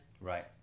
Right